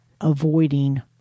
avoiding